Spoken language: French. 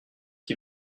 qui